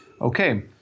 Okay